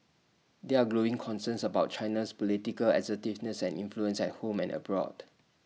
there are growing concerns about China's political assertiveness and influence at home and abroad